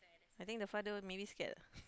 I think the father maybe scared ah